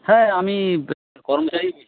হ্যাঁ আমি কর্মচারী বলছি